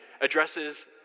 addresses